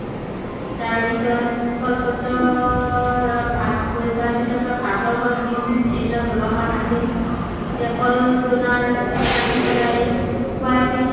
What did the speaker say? তাৰপিছত কলপাতৰ ভাত ভোজ ভাত যেতিয়া ভাতৰ ডিছ ছিছ এইবিলাক ব্যৱহাৰ নাছিল তেতিয়া কলডোনাৰ কাটি পেলাই খোৱাইছিল